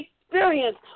experience